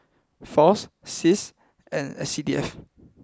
Fas Cis and S C D F